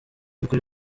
kuri